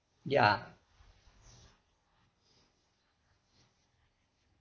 ya